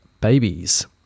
babies